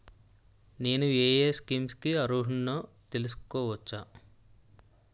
నేను యే యే స్కీమ్స్ కి అర్హుడినో తెలుసుకోవచ్చా?